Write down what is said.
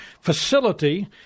facility